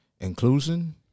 inclusion